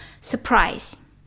surprise